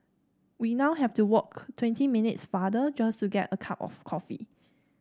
we now have to walk twenty minutes farther just to get a cup of coffee